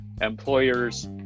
employers